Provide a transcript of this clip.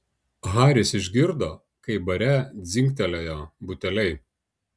haris išgirdo kaip bare dzingtelėjo buteliai